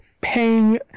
paying